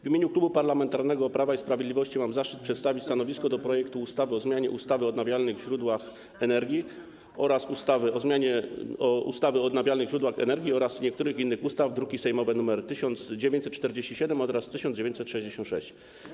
W imieniu Klubu Parlamentarnego Prawo i Sprawiedliwość mam zaszczyt przedstawić stanowisko wobec projektu ustawy o zmianie ustawy o odnawialnych źródłach energii oraz ustawy o zmianie ustawy o odnawialnych źródłach energii oraz niektórych innych ustaw, druki sejmowe nr 1947 i 1966.